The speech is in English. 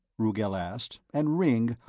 rugel asked, and ringg,